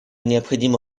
необходимо